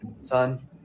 Son